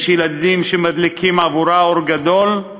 יש ילדים שמדליקים עבורה אור גדול,